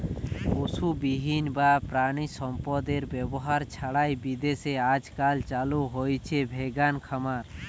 পশুবিহীন বা প্রাণিসম্পদএর ব্যবহার ছাড়াই বিদেশে আজকাল চালু হইচে ভেগান খামার